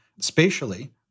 spatially